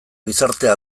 gizartea